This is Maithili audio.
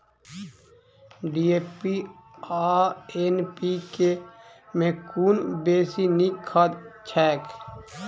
डी.ए.पी आ एन.पी.के मे कुन बेसी नीक खाद छैक?